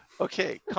Okay